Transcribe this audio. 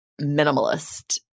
minimalist